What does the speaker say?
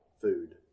food